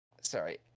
sorry